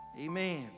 Amen